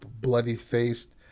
bloody-faced